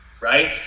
Right